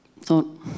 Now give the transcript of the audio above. thought